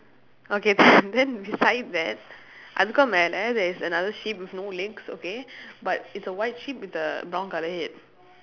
okay and then beside that அதுக்கும் மேலே:athukkum meelee there is another sheep with no legs okay but it's a white sheep with a brown colour head